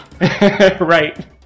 right